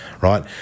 right